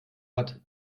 hat